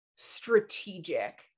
Strategic